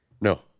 No